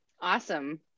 awesome